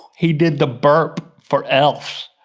he did the burp for elf.